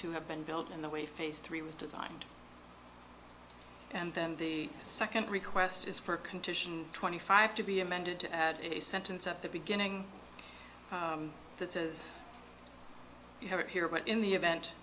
to have been built in the way phase three was designed and then the second request is for condition twenty five to be amended to add a sentence at the beginning that says you have it here but in the event